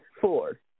Four